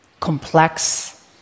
complex